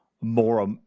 more